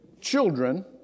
Children